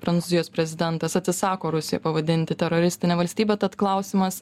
prancūzijos prezidentas atsisako rusiją pavadinti teroristine valstybe tad klausimas